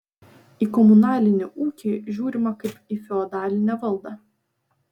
į komunalinį ūkį žiūrima kaip į feodalinę valdą